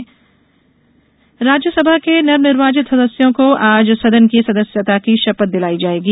राज्यसभा शपथ राज्यसभा के नवनिर्वाचित सदस्यों को आज सदन की सदस्यता की शपथ दिलाई जाएगी